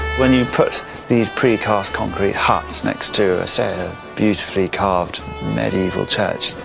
when you put these precast concrete huts next to, say, a beautifully carved medieval church,